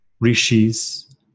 rishis